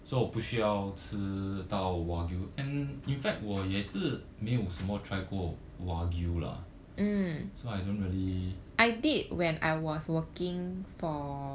so 我不需要吃到 wagyu and in fact 我也是没有什么 try 过 wagyu lah so I don't really